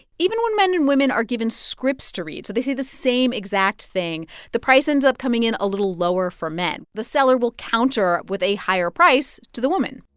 even when men and women are given scripts to read so they say the same exact thing the price ends up coming in a little lower for men. the seller will counter with a higher price to the woman